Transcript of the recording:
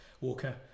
walker